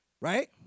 Right